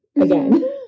again